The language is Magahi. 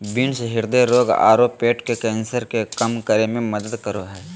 बीन्स हृदय रोग आरो पेट के कैंसर के कम करे में मदद करो हइ